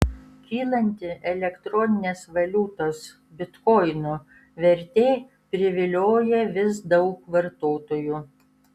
kylanti elektroninės valiutos bitkoinų vertė privilioja vis daug vartotojų